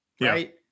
right